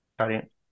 sorry